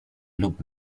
lub